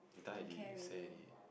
don't care already